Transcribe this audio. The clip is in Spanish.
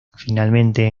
finalmente